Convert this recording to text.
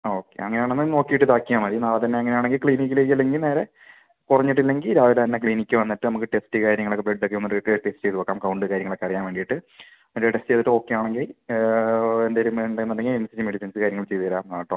okay അങ്ങനെ ആണെന്ന് നോക്കിയിട്ട് ഇത് ആക്കിയാൽ മതി നാളെ തന്നെ അങ്ങനെ ആണെങ്കിൽ ക്ലിനിക്കിലേക്ക് അല്ലെങ്കിൽ നേരെ കുറഞ്ഞിട്ട് ഇല്ലെങ്കിൽ രാവിലെ തന്നെ ക്ലിനിക്കിൽ വന്നിട്ട് നമുക്ക് ടെസ്റ്റ് കാര്യങ്ങളൊക്കെ ബ്ലഡ് ഒക്കെ ഒന്ന് ടെസ്റ്റ് ചെയ്ത് നോക്കാം കൗണ്ട് കാര്യങ്ങളൊക്കെ അറിയാൻ വേണ്ടിയിട്ട് അത് ടെസ്റ്റ് ചെയ്തിട്ട് ഓക്കെ ആണെങ്കിൽ എന്തെങ്കിലും വേണ്ടതെന്ന് ഉണ്ടെങ്കിൽ ഈ മെഡിസിൻസ് കാര്യങ്ങൾ ചെയ്തുതരാം കേട്ടോ